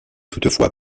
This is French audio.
toutefois